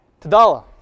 Tadala